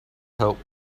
help